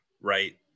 right